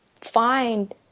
find